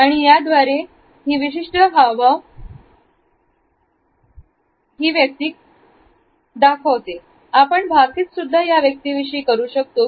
आणि याद्वारे ही विशिष्ट हावभाव ही व्यक्ती केव्हा दाखवते हे आपण भाकीत सुद्धा करू शकतो